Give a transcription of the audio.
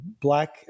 black